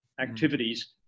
activities